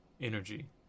energy